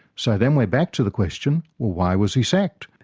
so then we're back to the question well why was he sacked?